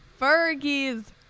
Fergie's